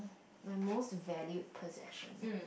my most valued possession